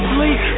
Sleep